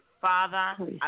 father